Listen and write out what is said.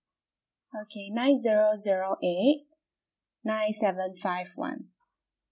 okay nine zero zero eight nine seven five one